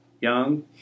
young